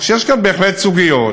יש כאן בהחלט סוגיות.